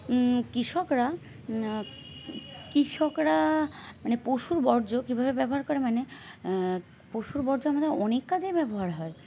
কৃষকরা কৃষকরা মানে পশুর বর্জ্য কীভাবে ব্যবহার করে মানে পশুর বর্জ্য আমাদের অনেক কাজেই ব্যবহার হয়